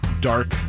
dark